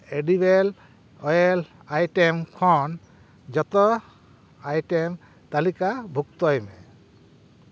edible oil item ᱠᱷᱚᱱ ᱡᱚᱛᱚ item ᱛᱟᱞᱤᱠᱟ ᱵᱷᱩᱠᱛᱚᱭᱢᱮ